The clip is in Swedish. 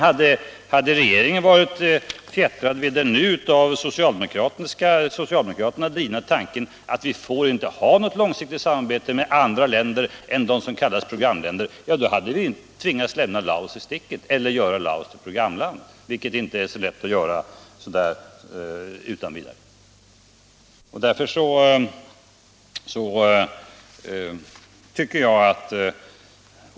Hade regeringen varit fjättrad vid den av socialdemokraterna nu drivna tanken att vi inte får ha ett långsiktigt samarbete med andra u-länder än dem som kallas programländer, då hade jag inte kunnat ge det beskedet.